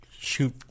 Shoot